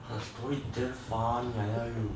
story damn funny I tell you